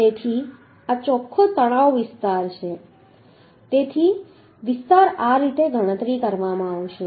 તેથી આ ચોખ્ખો તણાવ વિસ્તાર છે તેથી તણાવ વિસ્તાર આ રીતે ગણવામાં આવશે